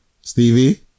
Stevie